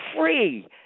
free